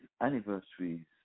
anniversaries